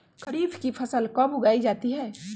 खरीफ की फसल कब उगाई जाती है?